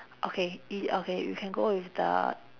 okay i~ okay you can go with the